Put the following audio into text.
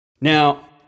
Now